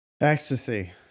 Ecstasy